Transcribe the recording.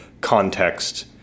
context